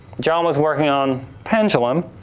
john was working on pendulum,